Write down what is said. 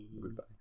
Goodbye